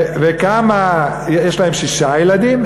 וכמה יש להן שישה ילדים?